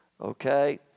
okay